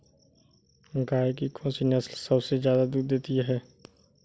गाय की कौनसी नस्ल सबसे ज्यादा दूध देती है?